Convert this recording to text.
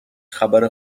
خبر